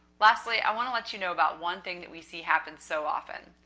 lastly, i want to let you know about one thing that we see happen so often.